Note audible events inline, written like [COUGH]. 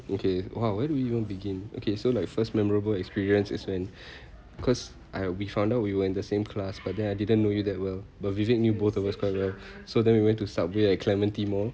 okay !wow! where do you even begin okay so like first memorable experience is when [BREATH] cause I we found out we were in the same class but then I didn't know you that well but vivic knew both of us quite well so then we went to Subway at clementi mall